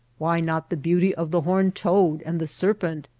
why not the beauty of the horned toad and the serpent?